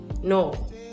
no